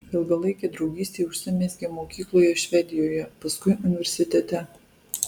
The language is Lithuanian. ilgalaikė draugystė užsimezgė mokykloje švedijoje paskui universitete